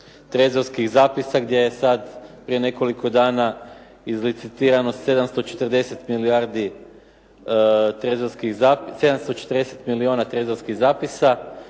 trezorskih zapisa gdje je sad prije nekoliko dana izlicitirano 740 milijardi trezorskih,